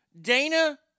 Dana